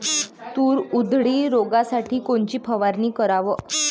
तूर उधळी रोखासाठी कोनची फवारनी कराव?